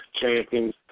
champions